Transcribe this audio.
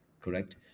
correct